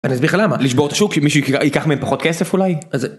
אני אסביר לך למה, לשבור את השוק, שמישהו ייקח מהם פחות כסף אולי? אז זה...